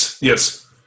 yes